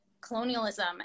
colonialism